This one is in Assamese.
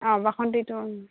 অঁ বাসন্তীটো